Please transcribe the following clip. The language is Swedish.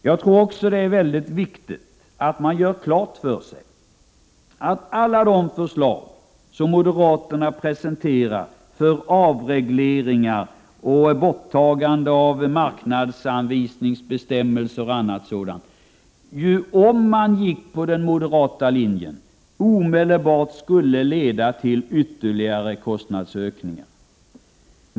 Jag tror också att det är mycket viktigt att man gör klart för sig att alla de förslag som moderaterna presenterat och som gäller avreglering, borttagande av marknadsanvisningsbestämmelser, m.m. skulle, om de genomfördes, omedelbart leda till ytterligare kostnadsökningar.